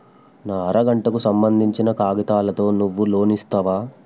నా అర గంటకు సంబందించిన కాగితాలతో నువ్వు లోన్ ఇస్తవా?